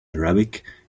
arabic